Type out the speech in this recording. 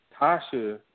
Tasha